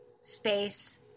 space